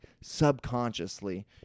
subconsciously